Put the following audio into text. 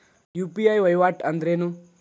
UPI ವಹಿವಾಟ್ ಅಂದ್ರೇನು?